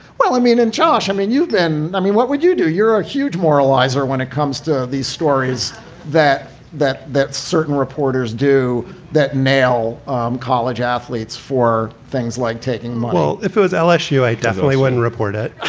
well, i mean in charge. i mean, you then i mean, what would you do? you're a huge moralizer when it comes to these stories that that that certain reporters do that nail college athletes for things like taking well, if it was lsu, i definitely wouldn't report it